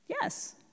Yes